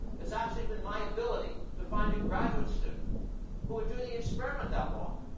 it's actually been my ability to find a graduate student who would do the experiment that long.